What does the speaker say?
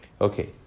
Okay